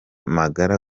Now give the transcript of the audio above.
magara